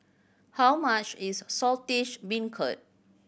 how much is Saltish Beancurd